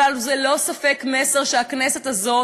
אבל זה ללא ספק מסר שהכנסת הזאת